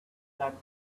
that